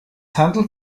handelt